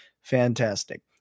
Fantastic